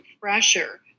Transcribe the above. pressure